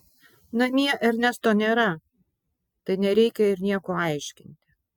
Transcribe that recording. namie ernesto nėra tai nereikia ir nieko aiškinti